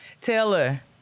Taylor